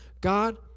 God